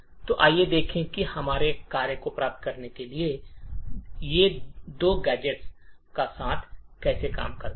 तो आइए देखें कि हमारे कार्य को प्राप्त करने के लिए ये दो गैजेट एक साथ कैसे काम करते हैं